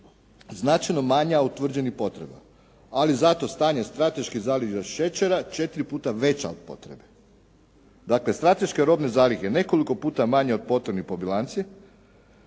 značajno manja utvrđenih potreba, ali je zato stanje strateško stanje šećera četiri puta veća od potrebe. Dakle strateške robne zalihe nekoliko puta manje od potrebnih po bilanci,